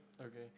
Okay